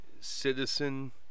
citizen